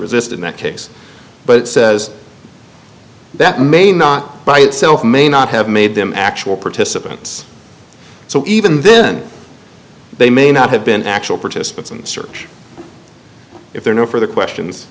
resist in that case but says that may not by itself may not have made them actual participants so even then they may not have been actual participants in the search if there are no further questions